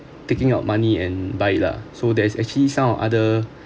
taking out money and buy lah so there's actually some of other